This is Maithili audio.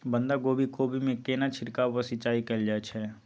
बंधागोभी कोबी मे केना छिरकाव व सिंचाई कैल जाय छै?